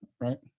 right